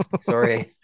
Sorry